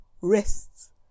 wrists